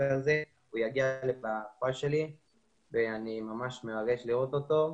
הוא יגיע לכפר בו אני נמצא ואני ממש שמח לראות אותו.